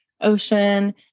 ocean